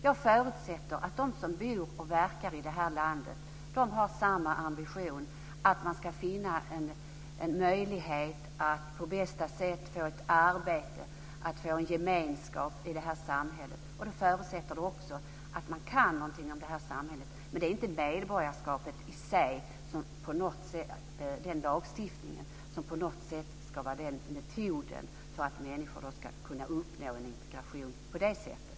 Jag förutsätter att de som bor och verkar i det här landet har samma ambition att finna en möjlighet att på bästa sätt få ett arbete, att få en gemenskap i det här samhället. Då förutsätter det också att de kan någonting om samhället. Men det är inte lagstiftningen om medborgarskapet i sig som på något sätt ska vara metoden för att människor ska kunna uppnå en integration på det sättet.